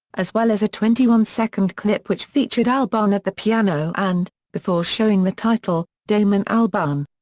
as well as a twenty one second clip which featured albarn at the piano and, before showing the title damon albarn.